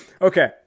okay